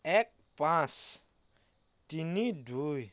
এক পাঁচ তিনি দুই